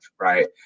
right